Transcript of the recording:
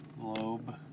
globe